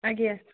ଆଜ୍ଞା